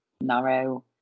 narrow